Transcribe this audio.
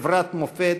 חברת מופת